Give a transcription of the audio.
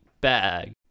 bag